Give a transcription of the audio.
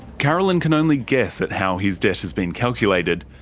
carolyn can only guess at how his debt has been calculated.